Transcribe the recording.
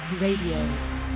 Radio